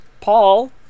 Paul